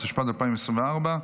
התשפ"ד 2024,